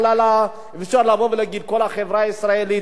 אי-אפשר לבוא ולהגיד: כל החברה הישראלית נגועה בגזענות.